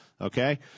okay